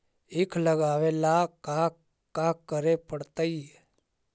ईख लगावे ला का का करे पड़तैई?